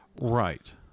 Right